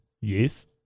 Yes